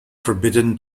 forbidden